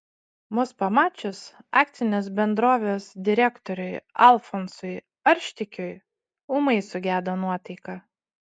mus pamačius akcinės bendrovės direktoriui alfonsui arštikiui ūmai sugedo nuotaika